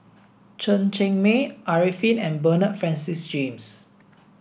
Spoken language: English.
Chen Cheng Mei Arifin and Bernard Francis James